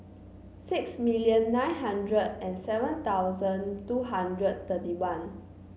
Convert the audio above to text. six million nine hundred and seven thousand two hundred thirty one